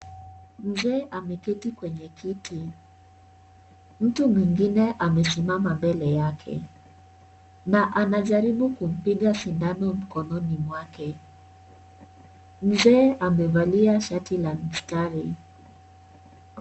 Mzee ameketi kwenye kiti. mtu mwingine ameketi mbele yake. na anajaribu kumdunga sindano mkononi mwake. mzee amevalia sharti la mistari.